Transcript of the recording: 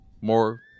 more